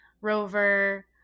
rover